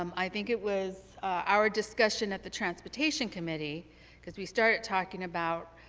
um i think it was our discussion at the transportation committee because we started talking about